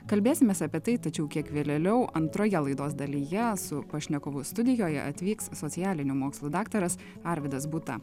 kalbėsimės apie tai tačiau kiek vėlėliau antroje laidos dalyje su pašnekovu studijoje atvyks socialinių mokslų daktaras arvydas būta